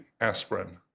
aspirin